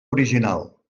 original